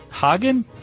Hagen